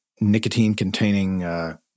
nicotine-containing